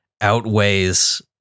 outweighs